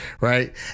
right